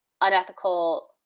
unethical